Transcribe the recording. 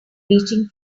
reaching